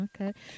Okay